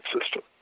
system